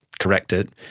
correct it,